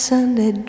Sunday